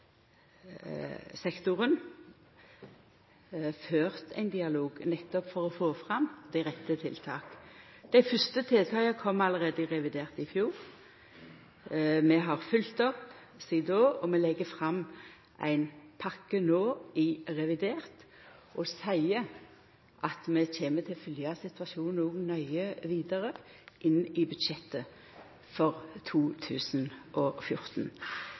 nettopp for å få fram dei rette tiltaka. Dei fyrste tiltaka kom allereie i revidert i fjor. Vi har følgt opp sidan då, vi legg fram ei pakke no i revidert, og vi kjem til å følgje situasjonen nøye vidare inn i budsjettet for 2014.